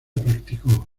practicó